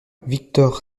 victor